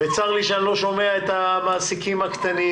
צר לי שאני לא שומע את המעסיקים הקטנים.